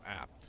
app